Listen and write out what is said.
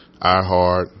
iHeart